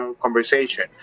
conversation